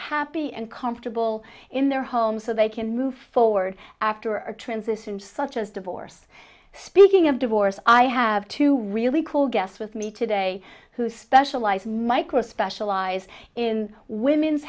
happy and comfortable in their home so they can move forward after a transition such as divorce speaking of divorce i have to really call guests with me today who specialize micro specialize in women's